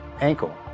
ankle